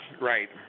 right